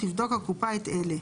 תבדוק הקופה את אלה: